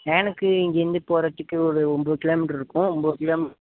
வேனுக்கு இங்கேருந்து போகிறதுக்கு ஒரு ஒம்பது கிலோ மீட்ரு இருக்கும் ஒம்பது கிலோ மீட்